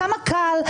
כמה קל.